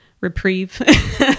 reprieve